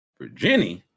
Virginia